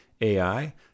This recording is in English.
AI